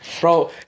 Bro